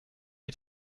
die